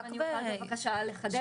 אם אני יכולה בבקשה לחדד,